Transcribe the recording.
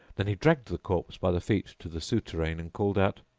then he dragged the corpse by the feet to the souterrain and called out,